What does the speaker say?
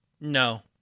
No